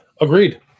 Agreed